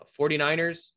49ers